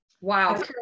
Wow